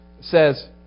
says